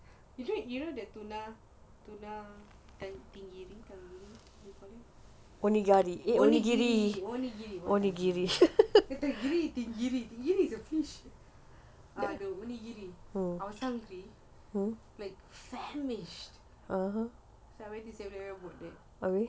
you know you know that tuna tuna and thingy onigiri onigiri onigiri what thing giri the onigiri I don't really eat it but I was famished so I went to seven eleven to bought the